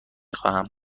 خواهم